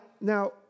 Now